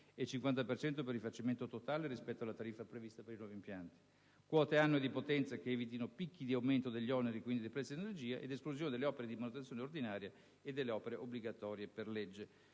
cento per rifacimento totale rispetto alla tariffa prevista per i nuovi impianti); quote annue di potenza che evitino picchi di aumento degli oneri e quindi dei prezzi dell'energia; esclusione delle opere di manutenzione ordinaria e delle opere obbligatorie per legge.